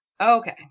Okay